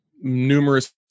numerous